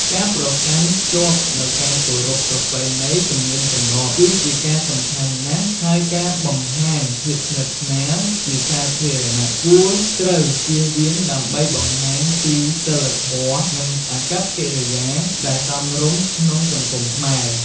ការប្រកាន់ខ្ជាប់នូវការគោរព ប្រពៃណី ទំនៀមទម្លាប់គឺជាការសំខាន់ណាស់់ ហើយការបង្ហាញភាពស្និទ្ធស្នាលជាសាធារណៈគួរត្រូវជៀសវាង ដើម្បីបង្ហាញពីសីលធម៍ និងអាកប្បកិរិយាដែលសមរម្យក្នុងសង្គមខ្មែរ។